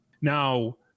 Now